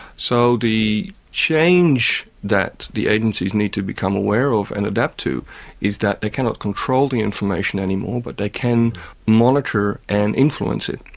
so the change that the agencies need to become aware of and adapt to is that they cannot control the information anymore but they can monitor and influence it.